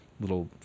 little